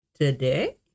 today